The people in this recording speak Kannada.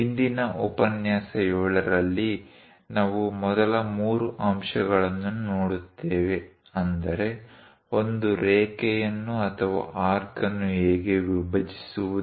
ಇಂದಿನ ಉಪನ್ಯಾಸ 7 ರಲ್ಲಿ ನಾವು ಮೊದಲ ಮೂರು ಅಂಶಗಳನ್ನು ನೋಡುತ್ತೇವೆ ಅಂದರೆ ಒಂದು ರೇಖೆಯನ್ನು ಅಥವಾ ಆರ್ಕ್ ಅನ್ನು ಹೇಗೆ ವಿಭಜಿಸುವುದು